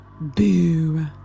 Boo